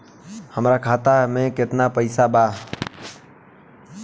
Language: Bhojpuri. हमरा खाता मे केतना पैसा बा?